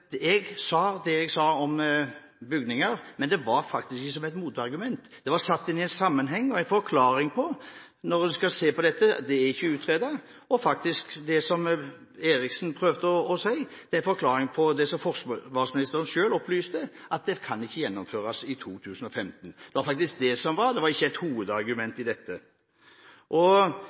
Gustavsen: Jeg sa det jeg sa om bygninger, men det var faktisk ikke som et motargument. Det var satt inn i en sammenheng og var en forklaring til når en skal se på dette – det er ikke utredet. Det som representanten Eriksen prøvde å si, er faktisk en forklaring på det som forsvarsministeren selv opplyste, at det kan ikke gjennomføres i 2015. Det var faktisk slik det var, det var ikke et hovedargument.